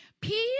Peace